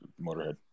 Motorhead